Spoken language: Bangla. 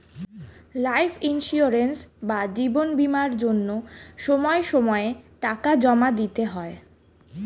লাইফ ইন্সিওরেন্স বা জীবন বীমার জন্য সময় সময়ে টাকা জমা দিতে হয়